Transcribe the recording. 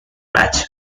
match